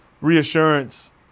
reassurance